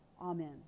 Amen